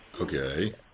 Okay